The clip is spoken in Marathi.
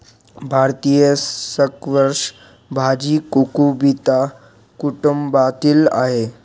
भारतीय स्क्वॅश भाजी कुकुबिटा कुटुंबातील आहे